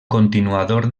continuador